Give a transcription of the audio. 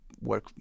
work